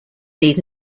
need